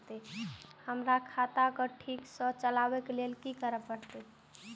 हमरा खाता क ठीक स चलबाक लेल की करे परतै